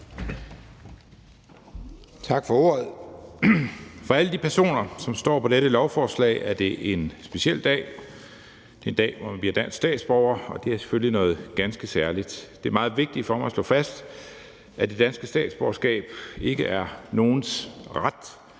Tak for ordet.